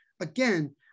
again